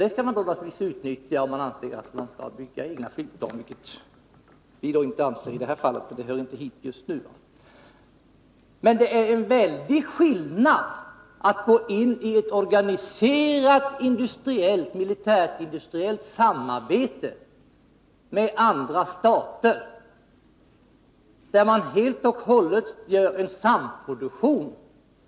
Det skall man naturligtvis utnyttja om man anser att man skall bygga egna flygplan — det anser vi inte i det här fallet, men det hör inte till denna fråga. Det är en väldig skillnad att gå in i ett organiserat militärindustriellt samarbete med andra stater, där man, som i fallet JAS, helt och hållet gör en samproduktion.